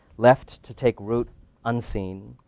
left to take root unseen,